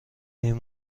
این